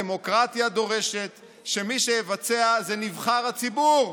הדמוקרטיה דורשת שמי שיבצע זה נבחר הציבור.